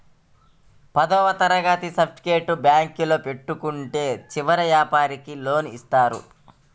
పదవ తరగతి సర్టిఫికేట్ బ్యాంకులో పెట్టుకుంటే చిరు వ్యాపారంకి లోన్ ఇస్తారా?